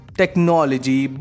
technology